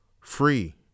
free